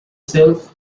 self